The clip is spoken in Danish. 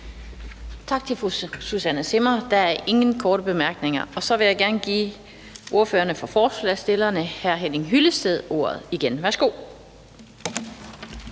Tak til fru Susanne Zimmer. Der er ingen korte bemærkninger. Og så vil jeg gerne give ordføreren for forslagsstillerne, hr. Henning Hyllested, ordet igen. Værsgo.